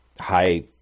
high